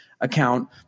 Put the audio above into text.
account